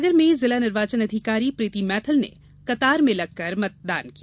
सागर में जिला निर्वाचन अधिकारी प्रीति मैथिल ने कतार में लगकर मतदान किया